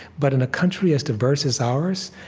but in a country as diverse as ours,